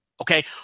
Okay